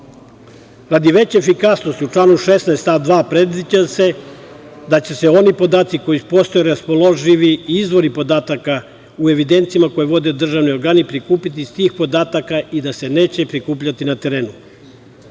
veće efikasnosti, u članu 16. stav 2. predviđa se da će se oni podaci koji postoje i raspoloživi izvori podataka u evidencijama koje vode državni organi prikupiti iz tih podataka i da se neće prikupljati na terenu.